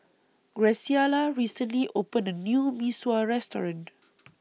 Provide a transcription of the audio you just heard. Graciela recently opened A New Mee Sua Restaurant